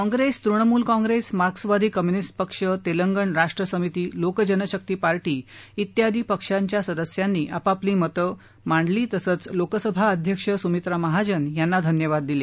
काँग्रेस तृणमूल काँग्रेस मार्क्सवादी कम्यूनिस्ट पक्ष तेलंगण राष्ट्र समिती लोक जनशक्ती पार्टी उत्यादी पक्षाच्या सदस्यांनी आपापली मतं मांडली तसंच लोकसभा अध्यक्ष सुमित्रा महाजन यांना धन्यवाद दिले